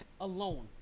alone